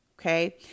Okay